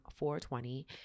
420